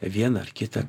vieną ar kitą